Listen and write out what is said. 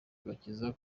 agakiza